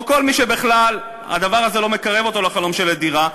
או כל מי שבכלל הדבר הזה לא מקרב אותו לחלום של דירה,